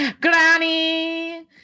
Granny